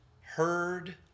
heard